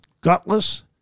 gutless